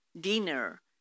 dinner